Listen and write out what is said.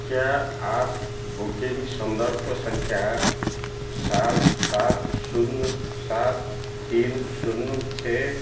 क्या आप बुकिंग संदर्भ संख्या सात सात शून्य सात तीन शून्य छः